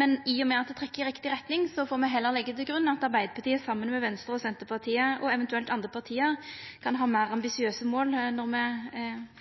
Men i og med at det trekkjer i rett retning, får me heller leggja til grunn at Arbeidarpartiet, saman med Venstre, Senterpartiet og eventuelt andre parti, kan ha meir ambisiøse mål når me